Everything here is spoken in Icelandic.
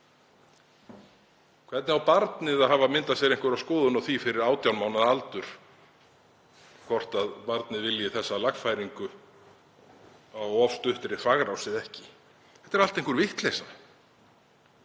Hvernig á barnið að hafa myndað sér einhverja skoðun á því fyrir 18 mánaða aldur hvort það vilji þessa lagfæringu á of stuttri þvagrás eða ekki? Þetta er allt einhver vitleysa.